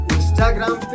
Instagram